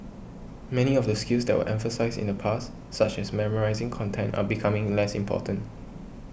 many of the skills that were emphasised in the past such as memorising content are becoming less important